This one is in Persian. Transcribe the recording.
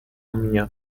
میان